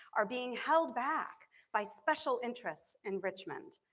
are being held back by special interests in richmond.